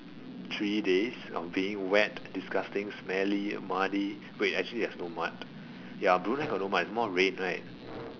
three days of being wet disgusting smelly muddy wait actually there was no mud ya Brunei got no mud it's more rain right